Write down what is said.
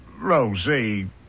Rosie